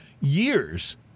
years